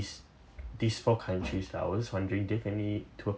this this four countries lah I was wondering do you have any tour